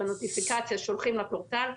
בנוטיפיקציה שולחים לפורטל.